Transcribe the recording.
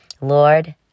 Lord